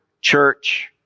church